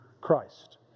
Christ